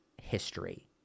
history